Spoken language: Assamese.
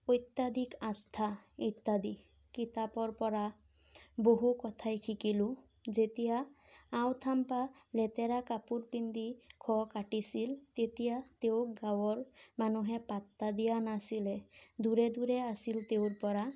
অত্যাধিক আস্থা ইত্যাদি কিতাপৰ পৰা বহু কথাই শিকিলোঁ যেতিয়া আও থাম্পা লেতেৰা কাপোৰ পিন্ধি শৱ কাটিছিল তেতিয়া তেওঁক গাৱঁৰ মানুহে পাত্তা দিয়া নাছিলে দূৰে দূৰে আছিল তেওঁৰ পৰা